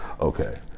Okay